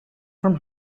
from